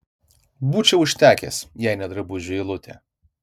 būčiau užtekęs jei ne drabužių eilutė